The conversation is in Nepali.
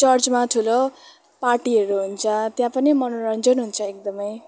चर्चमा ठुलो पार्टीहरू हुन्छ त्यहाँ पनि मनोरञ्जन हुन्छ एकदमै